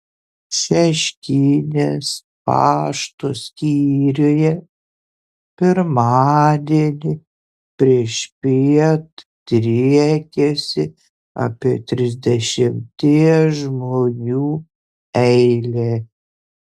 šeškinės pašto skyriuje pirmadienį priešpiet driekėsi apie trisdešimties žmonių eilė